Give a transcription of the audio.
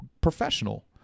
professional